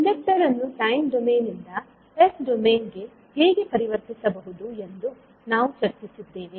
inductor ಅನ್ನು time domain ಇಂದ s domain ಗೆ ಹೇಗೆ ಪರಿವರ್ತಿಸಬಹುದು ಎಂದು ನಾವು ಚರ್ಚಿಸಿದ್ದೇವೆ